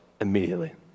immediately